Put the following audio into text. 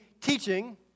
teaching